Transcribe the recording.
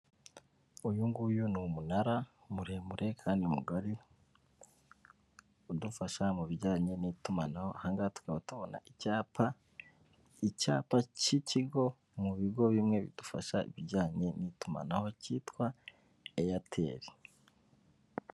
Uyu nguyu ni umunara muremure kandi mugari, udufasha mu bijyanye n'itumanaho, aha ngaha tukaba tubona icyapa, icyapa cy'ikigo mu bigo bimwe bidufasha ibijyanye n'itumanaho cyitwa Airtel.